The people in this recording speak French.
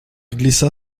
glissa